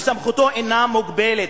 וסמכותו אינה מוגבלת,